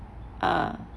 uh